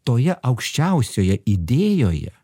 toje aukščiausioje idėjoje